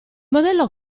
modello